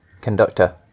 conductor